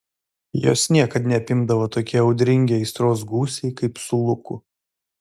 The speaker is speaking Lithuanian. jos niekad neapimdavo tokie audringi aistros gūsiai kaip su luku